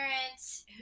parents